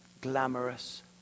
glamorous